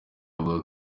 avuga